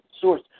source